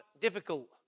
difficult